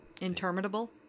interminable